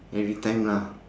every time lah